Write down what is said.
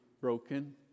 broken